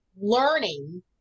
learning